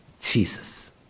Jesus